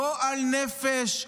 גועל נפש.